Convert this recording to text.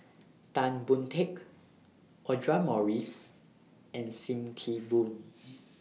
Tan Boon Teik Audra Morrice and SIM Kee Boon